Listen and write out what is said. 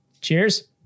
Cheers